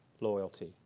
loyalty